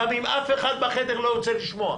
גם אם אף אחד בחדר לא רוצה לשמוע.